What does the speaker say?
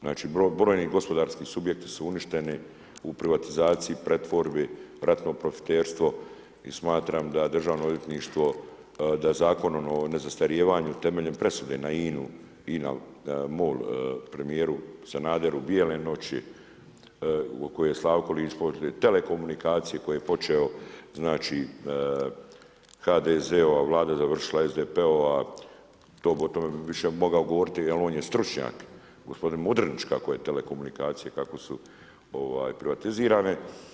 Znači brojni gospodarski subjekti su uništeni u privatizaciji, pretvorbi, ratno profiterstvo i smatram da Državno odvjetništvo da zakonom o nezastarijevanju temeljem presude na INA-u i MOL premijeru Sanaderu Bijele noći koje je Slavko Linić, poslije Telekomunikacije koje je počeo znači HDZ-ova Vlada, završila SDP-ova o tome bi više mogao govoriti jer on je stručnjak gospodin Mudrinić kako je Telekomunikacije, kako su privatizirane.